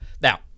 now